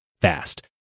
fast